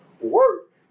work